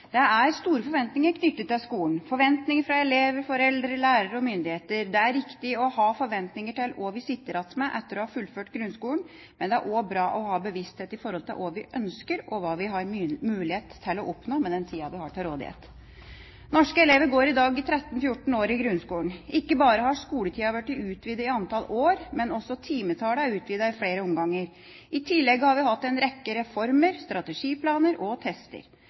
Det er store forventninger knyttet til skolen – forventninger fra elever, foreldre, lærere og myndigheter. Det er riktig å ha forventninger til hva vi sitter igjen med etter å ha fullført grunnskolen, men det er også bra å ha bevissthet i forhold til hva vi ønsker, og hva vi har mulighet til å oppnå med den tida vi har til rådighet. Norske elever går i dag 13–14 år i grunnskolen. Ikke bare har skoletida blitt utvidet i antall år, men også timetallet er utvidet i flere omganger. I tillegg har vi hatt en rekke reformer, strategiplaner og tester.